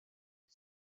die